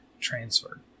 transfer